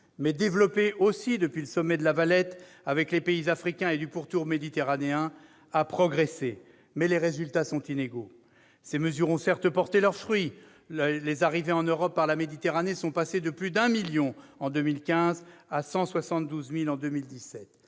et développée, depuis le sommet de La Valette, avec les pays africains et du pourtour méditerranéen, a progressé. Toutefois, les résultats sont inégaux. Ces mesures ont certes porté leurs fruits : les arrivées en Europe par la Méditerranée sont passées de plus d'un million en 2015 à 172 000 en 2017.